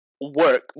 work